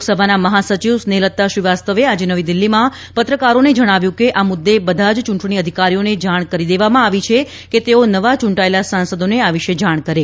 લોકસભાના મહાસચિવ સ્નેહલત્તા શ્રીવાસ્તવે આજે નવી દિલ્હીમાં પત્રકારોને જણાવ્યું કે આ મુદ્દે બધા જ ચૂંટણી અધિકારીઓને જાણ કરી દેવામાં આવી છે કે તેઓ નવા ચૂંટાયેલા સાંસદોને આ વિશે જાણ કરે